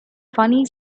funny